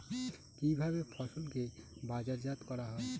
কিভাবে ফসলকে বাজারজাত করা হয়?